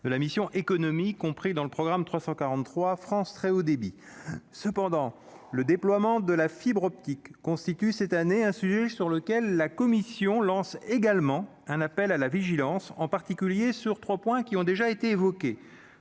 de la mission économique ont pris dans le programme 343 France très haut débit, cependant, le déploiement de la fibre optique constitue cette année, un sujet sur lequel la Commission lance également un appel à la vigilance, en particulier sur 3 points qui ont déjà été évoquées